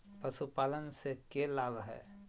पशुपालन से के लाभ हय?